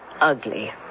ugly